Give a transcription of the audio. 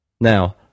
Now